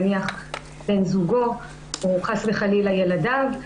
נניח בן זוגו או חס וחלילה ילדיו,